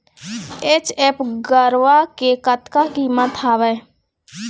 HF गरवा के कतका कीमत हवए?